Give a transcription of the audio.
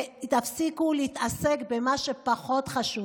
תפסיקו להתעסק במה שפחות חשוב.